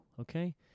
Okay